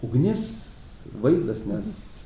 ugnis vaizdas nes